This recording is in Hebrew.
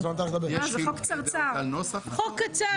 חוק קצר.